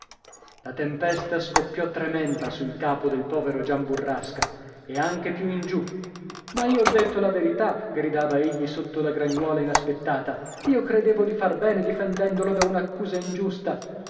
la tempesta scoppiò tremenda sul capo del povero gian burrasca e anche più in giù ma io ho detto la verità gridava egli sotto la gragnuola inaspettata io credevo di far bene difendendolo da un'accusa ingiusta